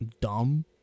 dumb